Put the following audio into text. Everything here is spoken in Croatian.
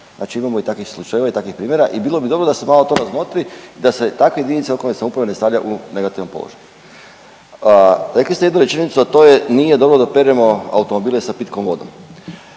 Znači imamo i takvih slučajeva i takvih primjera i bilo bi dobro da se to malo razmotri i da se takve jedinice lokalne samouprave ne stavlja u negativan položaj. Rekli ste jednu rečenicu, a to je nije dobro da peremo automobile sa pitkom vodom.